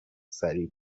سریع